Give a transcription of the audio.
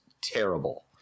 terrible